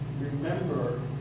remember